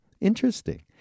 interesting